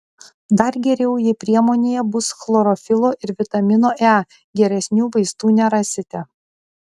dar geriau jei priemonėje bus chlorofilo ir vitamino e geresnių vaistų nerasite